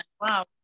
Wow